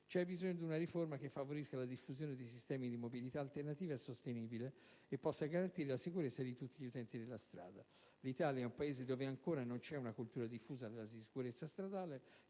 C'è bisogno di una riforma che favorisca la diffusione dei sistemi di mobilità alternativa e sostenibile, che possa garantire la sicurezza di tutti gli utenti della strada (l'Italia è un Paese dove ancora non c'è una cultura diffusa della sicurezza stradale)